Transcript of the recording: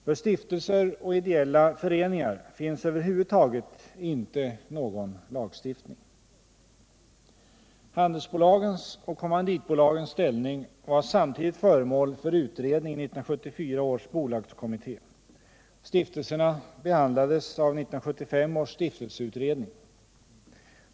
För stiftelser och ideella föreningar finns det över huvud taget inte någon lagstiftning.